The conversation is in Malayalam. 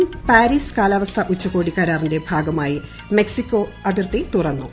അമേരിക്ക വീണ്ടും പാരീസ് കാലാവസ്ഥാ ഉച്ചകോടി കരാറിന്റെ ഭാഗമായി മെക്സിക്കോ അതിർത്തി തുറന്നു